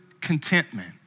Contentment